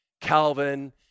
Calvin